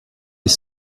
des